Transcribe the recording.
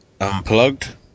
Unplugged